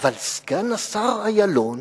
אבל סגן השר אילון